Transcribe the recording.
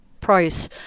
price